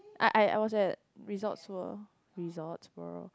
I I I was at Resorts World Resorts World